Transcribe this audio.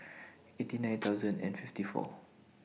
eighty nine thousand and fifty four